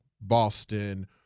Boston